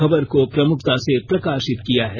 खबर को प्रमुखता से प्रकाशित किया है